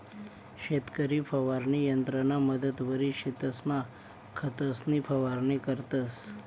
शेतकरी फवारणी यंत्रना मदतवरी शेतसमा खतंसनी फवारणी करतंस